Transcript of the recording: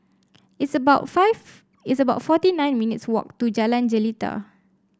it's about five it's about forty nine minutes' walk to Jalan Jelita